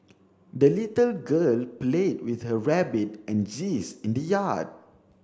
the little girl played with her rabbit and in the yard